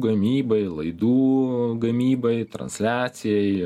gamybai laidų gamybai transliacijai